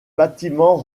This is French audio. bâtiment